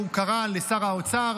הוא קרא לשר האוצר,